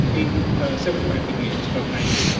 so but five degree instead of ninety,